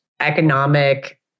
economic